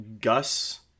Gus